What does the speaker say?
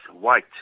White